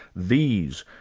these,